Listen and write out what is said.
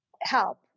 help